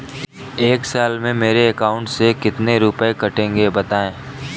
एक साल में मेरे अकाउंट से कितने रुपये कटेंगे बताएँ?